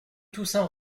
toussaint